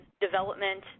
development